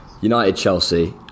United-Chelsea